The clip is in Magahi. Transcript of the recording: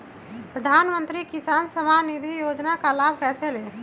प्रधानमंत्री किसान समान निधि योजना का लाभ कैसे ले?